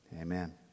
Amen